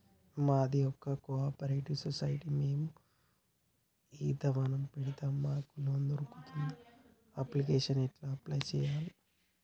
మాది ఒక cooperative society మేము ఈత వనం పెడతం మాకు లోన్ దొర్కుతదా? అప్లికేషన్లను ఎట్ల అప్లయ్ చేయాలే?